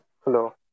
Hello